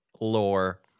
lore